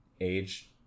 age